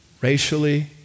racially